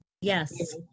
Yes